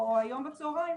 או היום בצהריים,